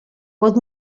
pot